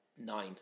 nine